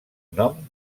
nom